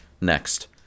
Next